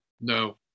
No